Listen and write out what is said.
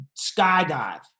skydive